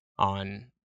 On